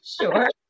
sure